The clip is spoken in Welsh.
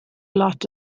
lot